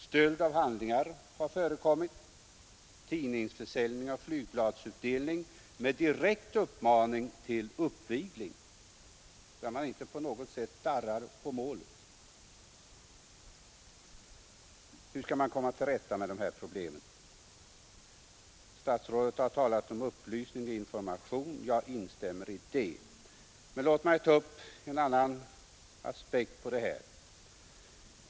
Stöld av handlingar har förekommit, tidningsförsäljning och flygbladsutdelning med direkt uppmaning till uppvigling har också förekommit. Här tvekar man inte på något sätt om målet. Hur skall man då komma till rätta med dessa problem? Statsrådet har talat om upplysning och information. Jag instämmer i detta. Men låt mig ta upp en annan aspekt på problemet.